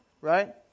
Right